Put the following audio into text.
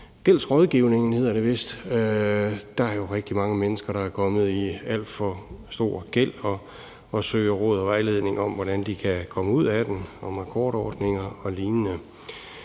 gældsrådgivningen, hedder det vist. Der er jo rigtig mange mennesker, der er kommet i alt for stor gæld og søger råd og vejledning om, hvordan de kan komme ud af den, og om akkordordninger og lignende.